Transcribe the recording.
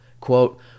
Quote